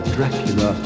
Dracula